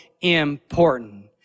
important